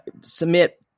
submit